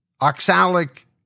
Oxalic